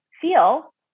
feel